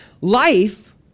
life